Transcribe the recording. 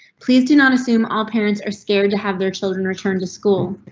please do not assume all parents are scared to have their children return to school.